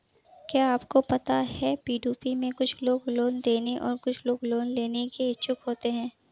क्या आपको पता है पी.टू.पी में कुछ लोग लोन देने और कुछ लोग लोन लेने के इच्छुक होते हैं?